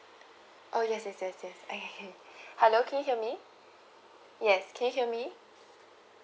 oh yes yes yes yes okay hello can you hear me yes can you hear me